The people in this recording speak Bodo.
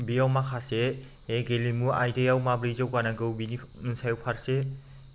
बियाव माखासे गेलेमु आयदायाव माब्रै जौगानांगौ बिनि सायाव फारसे